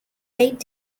eight